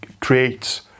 creates